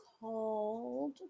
called